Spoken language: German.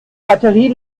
batterie